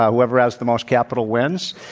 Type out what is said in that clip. whoever has the most capital wins.